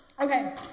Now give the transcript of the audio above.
Okay